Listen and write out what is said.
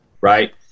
right